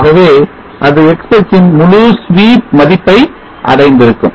ஆகவே அது X அச்சின் முழு sweep மதிப்பை அடைந்திருக்கும்